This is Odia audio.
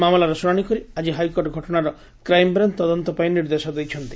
ମାମଲାର ଶୁଣାଶି କରି ଆଜି ହାଇକୋର୍ଚ ଘଟଣାର କ୍ରାଇମ୍ବ୍ରାଞ୍ ତଦନ୍ତ ପାଇଁ ନିର୍ଦ୍ଦେଶ ଦେଇଛନ୍ତି